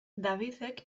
davidek